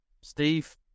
Steve